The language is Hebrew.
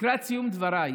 לקראת סיום דבריי